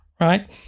right